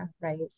right